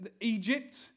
Egypt